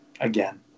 again